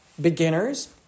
beginners